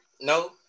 no